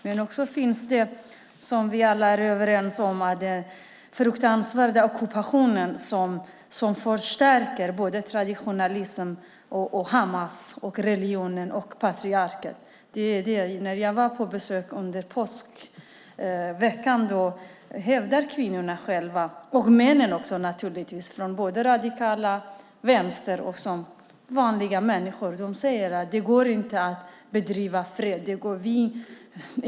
Ockupationen är fruktansvärd, som vi alla är överens om, och förstärker traditionalismen, Hamas, religionen och patriarkerna. När jag var på besök under påskveckan hävdade kvinnorna själva och naturligtvis också männen, både de från radikala vänstern och vanliga människor, att det inte går att bedriva fredsarbete.